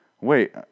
Wait